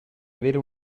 avere